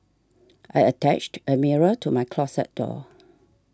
I attached a mirror to my closet door